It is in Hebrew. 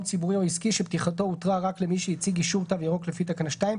ציבורי או עסקי שפתיחתו הותרה רק למי שהציג אישור "תו ירוק" לפי תקנה 2,